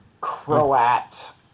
Croat